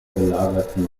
belagerten